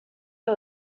que